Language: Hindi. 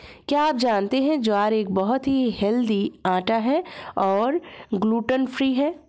क्या आप जानते है ज्वार एक बहुत ही हेल्दी आटा है और ग्लूटन फ्री है?